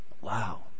Wow